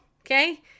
Okay